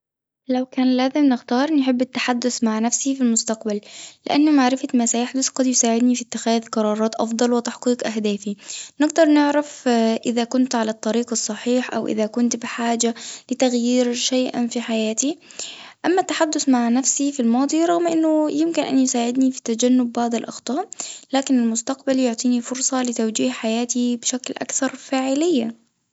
لو كان لازم نختار نحب التحدث مع نفسي في المستقبل، لإن معرفة ما سيحدث قد يساعدني في اتخاذ قرارات أفضل وتحقيق أهدافي، نقدر نعرف إذا كنت على الطريق الصحيح أو إذا كنت بحاجة لتغيير شيئًا في حياتي، أما التحدث مع نفسي في الماضي رغم إنه يمكن إنه يساعدني في تجنب بعض الأخطاء لكن المستقبل يعطيني فرصة لتوجيه حياتي بشكل أكثر فاعلية.